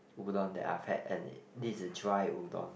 udon that I've had and this is a dry udon